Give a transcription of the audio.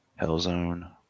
Hellzone